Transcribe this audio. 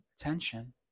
attention